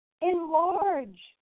enlarge